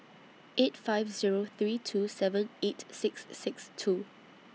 eight five Zero three two seven eight six six two